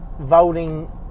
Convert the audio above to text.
voting